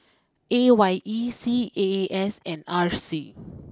A Y E C A A S and R C